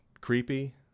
creepy